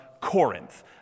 Corinth